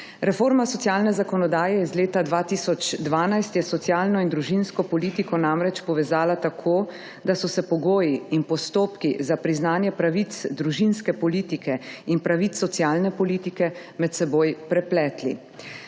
Reforma socialne zakonodaje je iz leta 2012, je socialno in družinsko politiko namreč povezala tako, da so se pogoji in postopki za priznanje pravic družinske politike in pravic socialne politike med seboj prepletli.